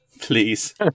please